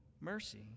mercy